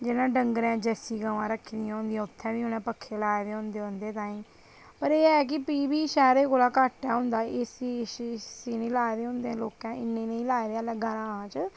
जि'नें डंगर जरसी गवां रक्खी दियां होंदियां उत्थें बी उ'नें पक्खे लाए दे होंदे उं'दे ताहीं पर एह् ऐ कि प्ही बी शैह्रें कोला घट्ट ऐ हू'न दा एसी एसी निं लाए दे होंदे लोकें इन्ने निं लाए दे है'न ऐल्लै ग्रां' च